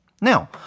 Now